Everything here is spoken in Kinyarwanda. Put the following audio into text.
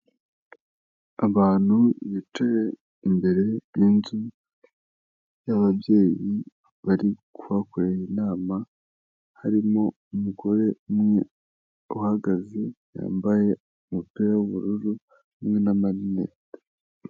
Abantu bicaye imbere y'inzu y'ababyeyi bari kubakorera inama, harimo umugore umwe uhagaze yambaye umupira w'ubururu hamwe n'amarinete.